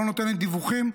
לא נותנת דיווחים,